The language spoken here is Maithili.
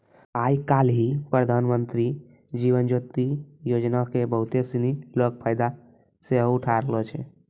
आइ काल्हि प्रधानमन्त्री जीवन ज्योति योजना के बहुते सिनी लोक फायदा सेहो उठाय रहलो छै